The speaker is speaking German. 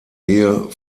ehe